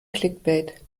clickbait